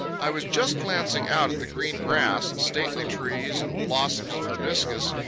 i was just glancing out at the green grass and stately trees and blossoms of hibiscus,